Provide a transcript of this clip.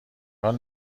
حال